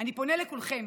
אני פונה לכולכם: